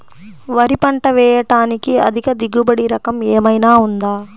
వరి పంట వేయటానికి అధిక దిగుబడి రకం ఏమయినా ఉందా?